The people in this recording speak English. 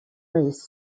race